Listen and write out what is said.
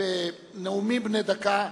להשתתף בנאומים בני דקה,